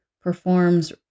performs